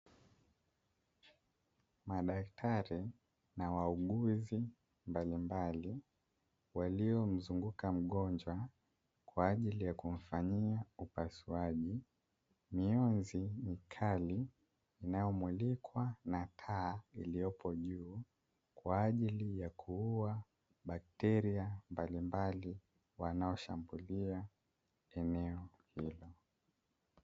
Madaktari na wauguzi mbalimbali walio mzunguka mgonjwa kwajili ya kumfanyia upasuaji, mionzi mikali inayo mulikwa na taa iliyoko juu kwajili ya kuuwa wateja mbalimbali wanao shambulia eneo hilo.